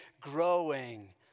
growing